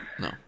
no